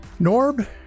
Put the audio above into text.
Norb